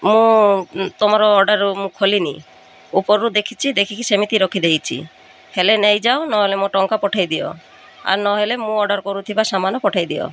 ମୁଁ ତମର ଅର୍ଡ଼ର ମୁଁ ଖୋଲିନି ଉପରୁ ଦେଖିଛି ଦେଖିକି ସେମିତି ରଖିଦେଇଛି ହେଲେ ନେଇଯାଅ ନହେଲେ ମୋ ଟଙ୍କା ପଠେଇଦିଅ ଆର୍ ନହେଲେ ମୁଁ ଅର୍ଡ଼ର କରୁଥିବା ସାମାନ ପଠେଇଦିଅ